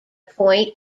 point